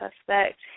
suspect